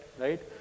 right